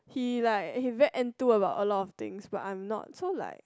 he like he very enthu about a lot of things but I'm not so like